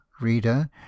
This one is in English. reader